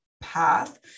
path